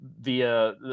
via